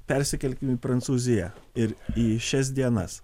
persikelkime į prancūziją ir į šias dienas